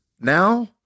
now